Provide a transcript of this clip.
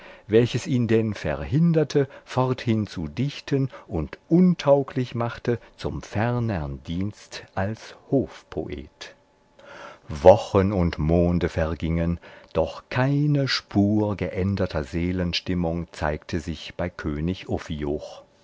welches ihn denn verhinderte forthin zu dichten und untauglich machte zum ferneren dienst als hofpoet wochen und monde vergingen doch keine spur geänderter seelenstimmung zeigte sich bei könig